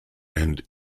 and